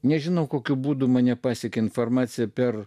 nežinau kokiu būdu mane pasiekė informacija per